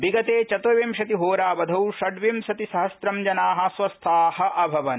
विगते चतुर्विंशति होरावधौ षड्विंशतिसहस्रम् जना स्वस्था अभूवन्